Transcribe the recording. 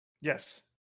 Yes